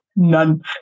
None